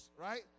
Right